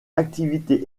activité